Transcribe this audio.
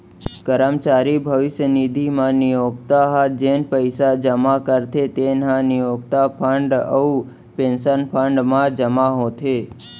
करमचारी भविस्य निधि म नियोक्ता ह जेन पइसा जमा करथे तेन ह नियोक्ता फंड अउ पेंसन फंड म जमा होथे